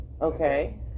Okay